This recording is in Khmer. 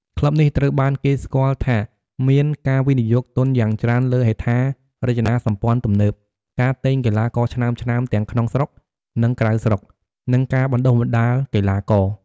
ក្លឹបនេះត្រូវបានគេស្គាល់ថាមានការវិនិយោគទុនយ៉ាងច្រើនលើហេដ្ឋារចនាសម្ព័ន្ធទំនើប ការទិញកីឡាករឆ្នើមៗទាំងក្នុងស្រុក និងក្រៅស្រុក និងការបណ្តុះបណ្តាលកីឡាករ។